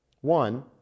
One